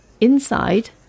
Inside